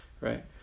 right